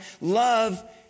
love